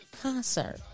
Concert